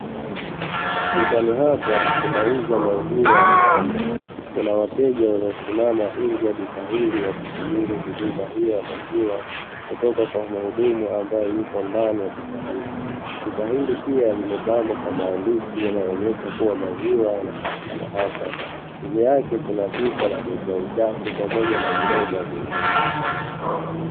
Dukani hapa kunauzwa maziwa ya ng'ombe, kuna wateja waliosimama nje ya duka hili wakisubiri huduma hiyo ya maziwa kutoka kwa mhudumu ambaye yupo ndani ya duka hili, duka hili pia limepambwa kwa maandishi yanayoonyesha maziwa yanapatikana hapa, nje yake kuna pipa la kuwekea uchafu pamoja na viroba vingine.